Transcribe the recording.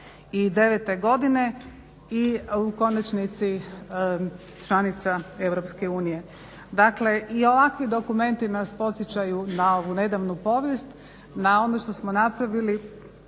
2009.godine i u konačnici članica EU. Dakle i ovakvi dokumenti nas podsjećaju na ovu nedavnu povijest, na ono što smo napravili,